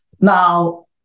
now